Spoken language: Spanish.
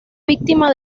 víctima